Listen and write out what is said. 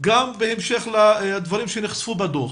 גם בהמשך לדברים שנחשפו בדוח.